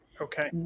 Okay